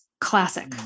classic